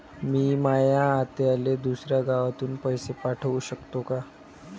मी माया आत्याले दुसऱ्या गावातून पैसे पाठू शकतो का?